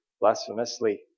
blasphemously